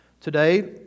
Today